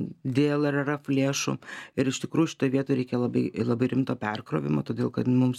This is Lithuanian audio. dėl rrf lėšų ir iš tikrųjų šitoj vietoj reikia labai labai rimto perkrovimo todėl kad mums